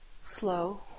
slow